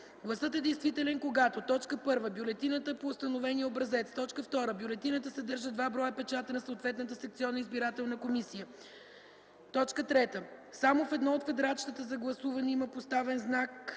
Гласът е действителен, когато: 1. бюлетината е по установения образец; 2. бюлетината съдържа два броя печата на съответната секционна избирателна комисия, и 3. само в едно от квадратчетата за гласуване има поставен знак